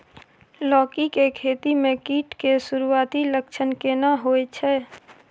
लौकी के खेती मे कीट के सुरूआती लक्षण केना होय छै?